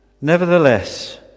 nevertheless